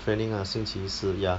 training ah 训习事 ya